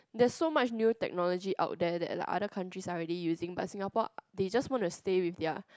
there's so much new technology out there that like other countries are already using but Singapore they just want to stay with their